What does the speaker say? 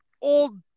old